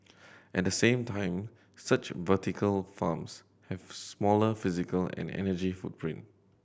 at the same time such vertical farms have smaller physical and energy footprint